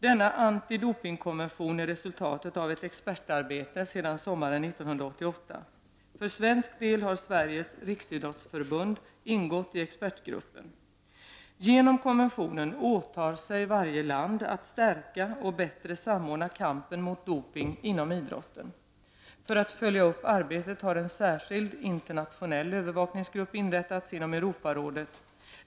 Denna antidopingkonvention är resultatet av ett expertarbete som pågått sedan sommaren 1988. För svensk del har Sveriges riksidrottsförbund ingått i expertgruppen. Genom konventionen åtar sig varje land att stärka och bättre samordna kampen mot doping inom idrotten. För att följa upp arbetet har en särskild internationell övervakningsgrupp inrättats inom Europarådet.